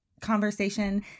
conversation